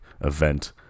event